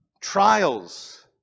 trials